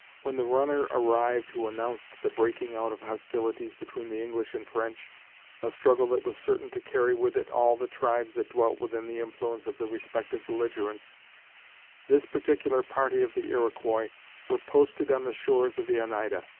when the runner arrived who announced the breaking out of hostilities between the english and french a struggle that was certain to carry with it all the tribes that dwelt within the influence of the respective belligerents this particular party of the iroquois were posted on the shores of the oneida,